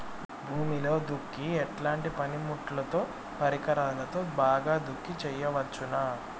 భూమిలో దుక్కి ఎట్లాంటి పనిముట్లుతో, పరికరాలతో బాగా దుక్కి చేయవచ్చున?